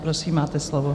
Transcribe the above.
Prosím, máte slovo.